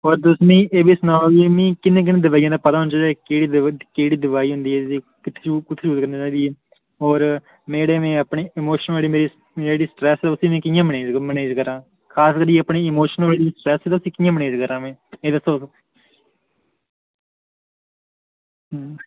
ते होर तुस मिगी एह्बी सनाओ कि मिगी कनेही कनेही दुआई होंदी मिगी पता होना चाहिदा कि केह्ड़ी दुआई होंदी ऐ एह्दी ते कुत्थुआं मिलदी ते मेरे जेह्ड़े इमोशन ते स्ट्रैस ऐ में उसी कियां मेनैज़ करांऽ खास करियै मेरी जेह्की इमोशनल स्ट्रैस ऐ में उसी कियां मेनैज़ करांऽ में एह् दस्सो